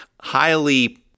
highly